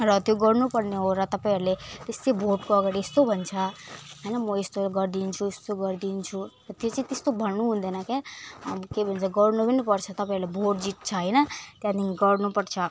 र त्यो गर्नु पर्ने हो र तपाईँहरूले त्यसै भोटको अगाडि यस्तो भन्छ होइन म यस्तो गरिदिन्छु उस्तो गरिदिन्छु त्यो चाहिँ त्यस्तो भन्नु हुँदैन के के भन्छ गर्नु पनि पर्छ तपाईँहरूले भोट जित्छ होइन त्यहाँदेखि गर्नु पर्छ